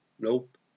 nope